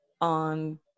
on